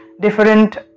different